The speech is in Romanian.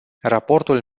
raportul